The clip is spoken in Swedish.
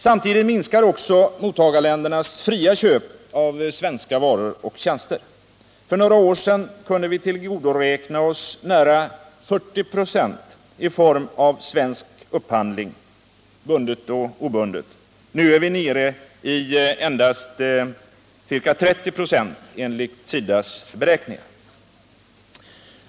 Samtidigt minskar också mottagarländernas fria köp av svenska varor och tjänster. För några år sedan kunde vi tillgodoräkna oss nära 40 96 —-av bundet och obundet bistånd —- i form av svensk upphandling. Nu är vi nere vid endast ca 30 96 enligt SIDA:s beräkning.